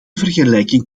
vergelijking